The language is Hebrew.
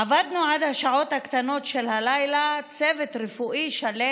עבדנו עד השעות הקטנות של הלילה, צוות רפואי שלם.